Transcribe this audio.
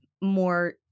more